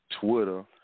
Twitter